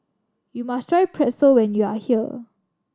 you must try Pretzel when you are here